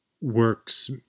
works